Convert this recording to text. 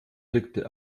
blickte